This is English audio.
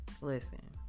Listen